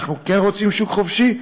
אנחנו כן רוצים שוק חופשי,